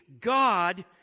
God